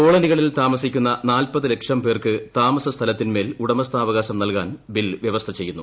കോളനികളിൽ താമസ്റ്റിക്കുന്ന നാൽപത് ലക്ഷം പേർക്ക് താമസ സ്ഥലത്തിന്മേൽ ഉടമസ്ഥാവകാശം നൽകാൻ ബിൽ വ്യവസ്ഥ ചെയ്യുന്നു